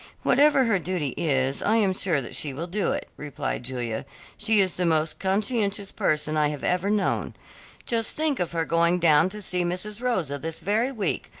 whatever her duty is, i am sure that she will do it, replied julia she is the most conscientious person i have ever known just think of her going down to see mrs. rosa this very week,